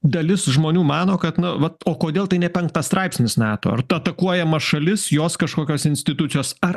dalis žmonių mano kad nu vat o kodėl tai ne penktas straipsnius nato ar ta atakuojama šalis jos kažkokios institucijos ar